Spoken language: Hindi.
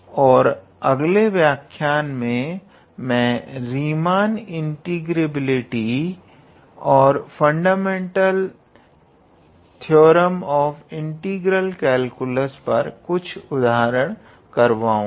और अगले व्याख्यायन में मैं रीमान इंटीग्रेबिलिटी और fundamental theorem of integral calculus पर कुछ उदाहरण करवा लूंगा